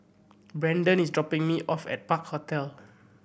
Brandon is dropping me off at Park Hotel